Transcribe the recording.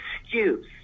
excuse